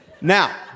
Now